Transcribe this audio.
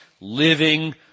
living